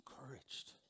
encouraged